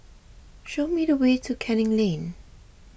show me the way to Canning Lane